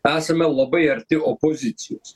esame labai arti opozicijos